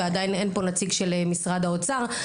ועדיין אין פה נציג של משרד האוצר.